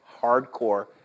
hardcore